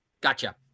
Gotcha